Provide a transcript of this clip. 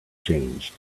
changed